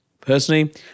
Personally